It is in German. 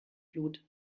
blut